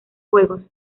juegos